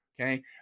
okay